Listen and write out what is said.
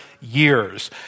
years